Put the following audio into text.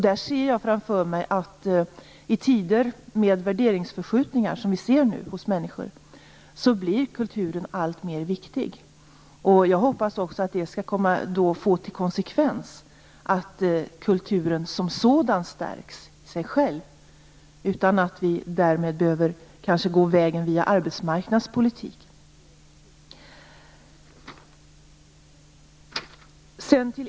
Jag ser framför mig att kulturen blir allt viktigare i tider av sådana värderingsförskjutningar som vi nu ser hos människor. Jag hoppas att det skall få till konsekvens att kulturen som sådan stärks, utan att vi därmed behöver gå vägen via arbetsmarknadspolitik.